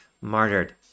martyred